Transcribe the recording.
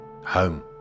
Home